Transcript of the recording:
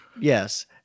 Yes